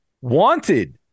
wanted